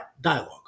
Dialogue